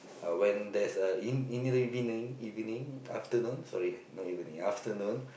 uh when there's a in in evening evening afternoon sorry not evening afternoon